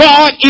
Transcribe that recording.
God